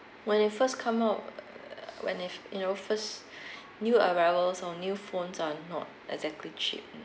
when it first come out when it you know first new arrivals or new phones are not exactly cheap